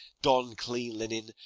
don clean linen,